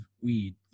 weed